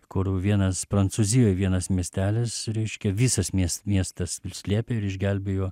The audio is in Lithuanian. kur vienas prancūzijoj vienas miestelis reiškia visas mies miestas slėpė ir išgelbėjo